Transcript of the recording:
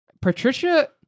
Patricia